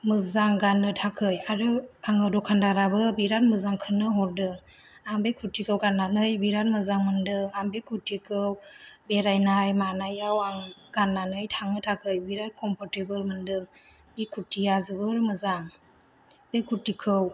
मोजां गान्नो थाखै आरो आङो दखानदाराबो बिरात मोजांखौनो हरदों आं बे खुरथिखौ गान्नानै बिरात मोजां मोनदों आं बे खुरथिखौ बेरायनाय मानायाव आं गान्नानै थांनो थाखाय आं बिरात कमफर्थेबल मोनदों बे खुरथिया जोबोत मोजां बे खुरथिखौ